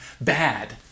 bad